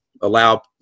allow